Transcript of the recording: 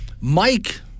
Mike